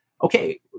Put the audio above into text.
Okay